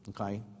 Okay